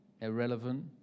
irrelevant